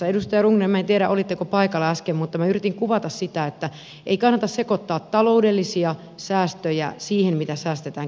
edustaja rundgren minä en tiedä olitteko paikalla äsken mutta minä yritin kuvata sitä että ei kannata sekoittaa taloudellisia säästöjä siihen mitä säästetään kestävyysvajeessa